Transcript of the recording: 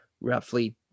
roughly